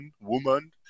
woman